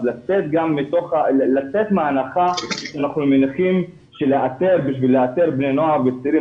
אז לצאת מההנחה שבשביל לאתר בני נוער וצעירים